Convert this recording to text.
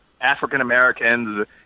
African-Americans